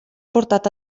portat